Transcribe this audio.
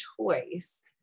choice